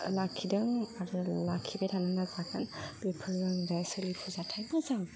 लाखिदों आरो लाखिबाय थानो नाजागोन बेफोरनो जाहैबाय सोलिफु जाथाइ